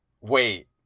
wait